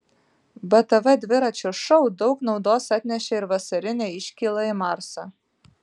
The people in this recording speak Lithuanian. btv dviračio šou daug naudos atnešė ir vasarinė iškyla į marsą